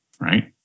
Right